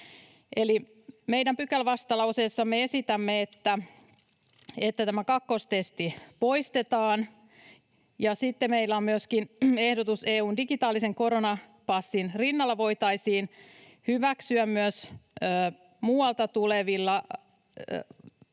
eli meidän pykälävastalauseessamme esitämme, että tämä kakkostesti poistetaan. Sitten meillä on myöskin ehdotus, että EU:n digitaalisen koronapassin rinnalla voitaisiin hyväksyä myös muualta tulevilla